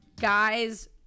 guys